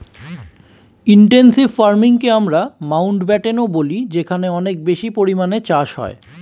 intensive ফার্মিংকে আমরা মাউন্টব্যাটেনও বলি যেখানে অনেক বেশি পরিমাণে চাষ হয়